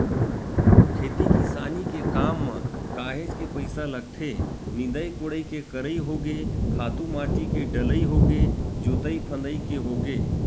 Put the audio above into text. खेती किसानी के काम म काहेच के पइसा लगथे निंदई कोड़ई के करई होगे खातू माटी के डलई होगे जोतई फंदई के होगे